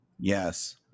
Yes